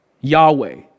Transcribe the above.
Yahweh